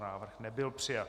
Návrh nebyl přijat.